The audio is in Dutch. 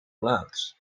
plaats